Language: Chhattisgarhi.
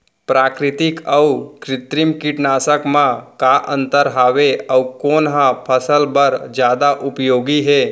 प्राकृतिक अऊ कृत्रिम कीटनाशक मा का अन्तर हावे अऊ कोन ह फसल बर जादा उपयोगी हे?